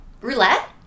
roulette